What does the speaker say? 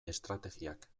estrategiak